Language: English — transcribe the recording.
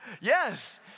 Yes